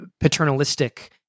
paternalistic